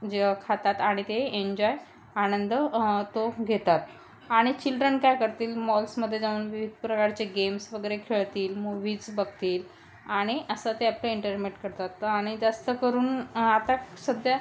जे खातात आणि ते एन्जॉय आनंद तो घेतात आणि चिल्ड्रन काय करतील मॉल्समध्ये जाऊन विविध प्रकारचे गेम्स वगैरे खेळतील मूव्हीज बघतील आणि असं ते आपलं इंटरमेट करतात आणि जास्त करून आता सध्या